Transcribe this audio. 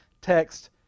text